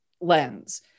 lens